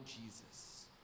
Jesus